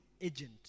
agent